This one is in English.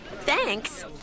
Thanks